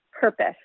purpose